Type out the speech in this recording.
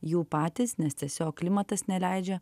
jų patys nes tiesiog klimatas neleidžia